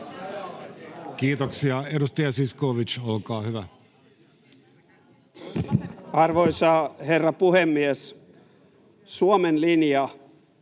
Kiitoksia. — Edustaja Kari, olkaa hyvä. Arvoisa herra puhemies! Pienelle